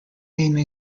name